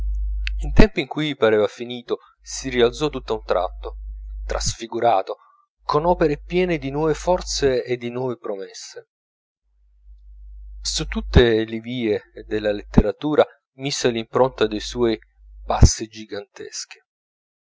in tempi in cui pareva finito si rialzò tutt'a un tratto trasfigurato con opere piene di nuove forze e di nuove promesse su tutte le vie della letteratura mise l'impronta dei suoi passi giganteschi